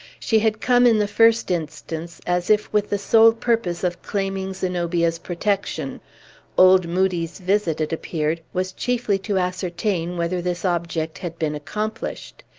she had come, in the first instance, as if with the sole purpose of claiming zenobia's protection old moodie's visit, it appeared, was chiefly to ascertain whether this object had been accomplished.